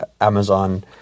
Amazon